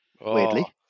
weirdly